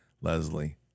Leslie